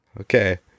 Okay